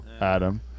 Adam